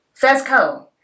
FESCO